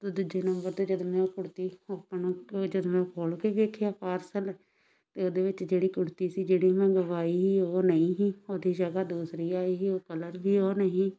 ਉਸ ਦੂਜੇ ਨੰਬਰ 'ਤੇ ਜਦੋਂ ਮੈਂ ਉਹ ਕੁੜਤੀ ਓਪਨ ਜਦੋਂ ਮੈਂ ਖੋਲ ਕੇ ਵੇਖਿਆ ਪਾਰਸਲ ਤਾਂ ਉਹਦੇ ਵਿੱਚ ਜਿਹੜੀ ਕੁੜਤੀ ਸੀ ਜਿਹੜੀ ਮੰਗਵਾਈ ਹੀ ਉਹ ਨਹੀਂ ਹੀ ਉਹਦੀ ਜਗ੍ਹਾ ਦੂਸਰੀ ਆਈ ਹੀ ਉਹ ਕਲਰ ਵੀ ਉਹ ਨਹੀਂ